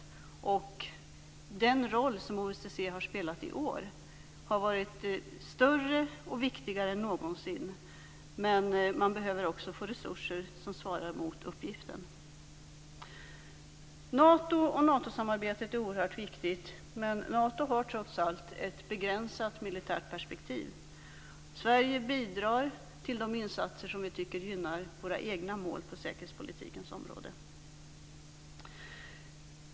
Den roll som OSSE har spelat i år har varit större och viktigare än någonsin, men man behöver också få resurser som svarar mot uppgiften. Nato och Natosamarbetet är oerhört viktigt, men Nato har trots allt ett begränsat militärt perspektiv. Sverige bidar till de insatser som vi tycker gynnar våra egna mål på säkerhetspolitikens område.